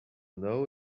know